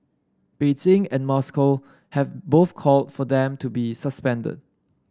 Beijing and Moscow have both called for them to be suspended